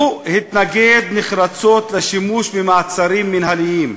הוא התנגד נחרצות לשימוש במעצרים מינהליים.